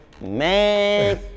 Man